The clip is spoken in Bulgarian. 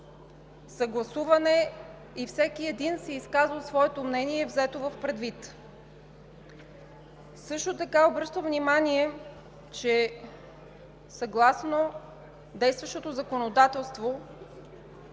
съгласуван е и всеки един е изказал мнение, взето предвид. Също така обръщам внимание, че съгласно действащото законодателство